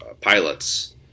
pilots